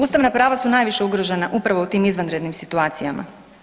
Ustavna prava su najviše ugrožena upravo u tim izvanrednim situacijama.